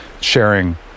sharing